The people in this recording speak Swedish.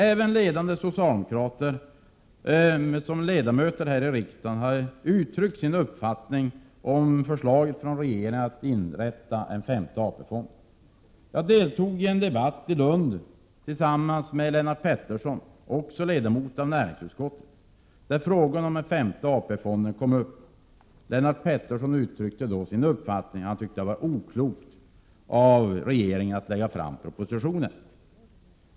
Även ledande socialdemokrater som är ledamöter här i riksdagen har uttryckt sin uppfattning om förslaget från regeringen att inrätta en femte AP-fond. Jag deltog i en debatt i Lund tillsammans med Lennart Pettersson, också ledamot av näringsutskottet, där frågan om den femte AP-fonden kom upp. Lennart Pettersson uttryckte då sin uppfattning. Han tyckte det var oklokt av regeringen att lägga fram propositionen.